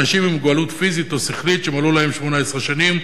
אנשים עם מוגבלות פיזית או שכלית שמלאו להם 18 שנים,